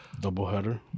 Doubleheader